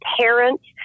parents